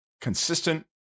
consistent